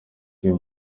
iyo